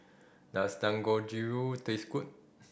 does Dangojiru taste good